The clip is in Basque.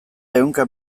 ehunka